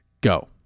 go